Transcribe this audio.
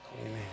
Amen